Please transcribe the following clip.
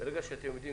ברגע שאתם יודעים